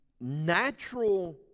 natural